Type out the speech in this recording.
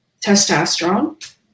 testosterone